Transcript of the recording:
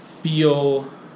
Feel